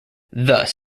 thus